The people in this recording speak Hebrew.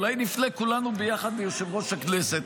אולי נפנה כולנו ביחד ליושב-ראש הכנסת,